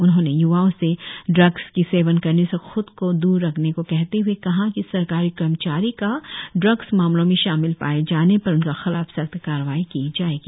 उन्होंने य्वाओं से ड्रग्स की सेवन करने से ख्द को द्र रखने को कहते हुए कहा कि सरकारी कर्मचारी का ड्रग्स मामलों में शामिल पाए जाने पर उनके के खिलाफ सख्त कार्रवाई की जाएगी